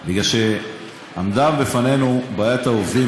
עמדה בפנינו בעיית העובדים,